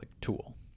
tool